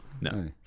No